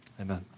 Amen